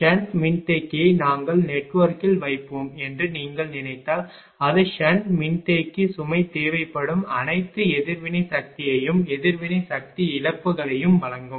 shunt மின்தேக்கியை நாங்கள் நெட்வொர்க்கில் வைப்போம் என்று நீங்கள் நினைத்தால் அது ஷன்ட் மின்தேக்கி சுமை தேவைப்படும் அனைத்து எதிர்வினை சக்தியையும் எதிர்வினை சக்தி இழப்புகளையும் வழங்கும்